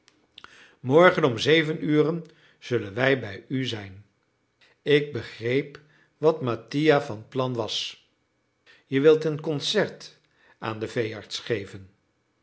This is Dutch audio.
morgen om zeven uren zullen wij bij u zijn ik begreep wat mattia van plan was je wilt een concert aan den veearts geven